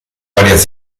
varias